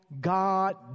God